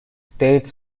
state